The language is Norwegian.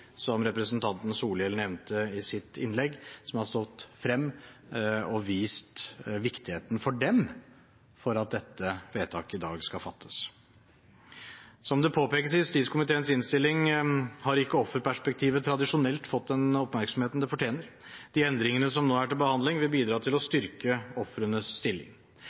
som representanten Solhjell nevnte i sitt innlegg, som har stått frem og vist viktigheten for dem for at dette vedtaket i dag skal fattes. Som det påpekes i justiskomiteens innstilling, har ikke offerperspektivet tradisjonelt fått den oppmerksomheten det fortjener. De endringene som nå er til behandling, vil bidra til å styrke ofrenes stilling.